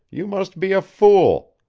you must be a fool.